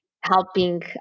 helping